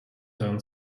ten